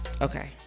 Okay